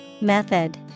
Method